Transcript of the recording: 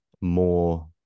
more